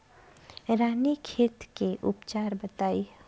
रानीखेत के उपचार बताई?